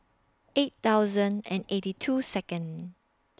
eight thousand and eighty two Second